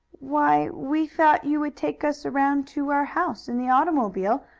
why, we thought you would take us around to our house, in the automobile,